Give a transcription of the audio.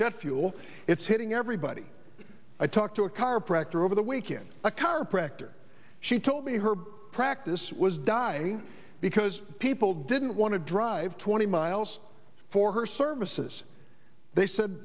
jet fuel it's hitting everybody i talked to a chiropractor over the weekend a chiropractor she told me her practice was die because people didn't want to drive twenty miles for her services they said